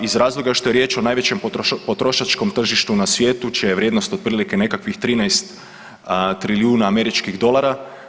Iz razloga što je riječ o najvećem potrošačkom tržištu na svijetu čija je vrijednost otprilike nekakvih 13 trilijuna američkih dolara.